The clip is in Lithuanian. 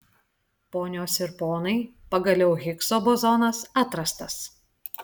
ponios ir ponai pagaliau higso bozonas atrastas